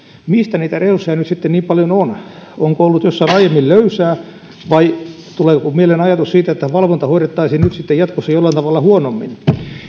mistä niitä resursseja nyt sitten niin paljon on onko ollut jossain aiemmin löysää vai tuleeko mieleen ajatus siitä että valvonta hoidettaisiin nyt sitten jatkossa jollain tavalla huonommin